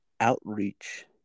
outreach